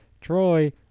Troy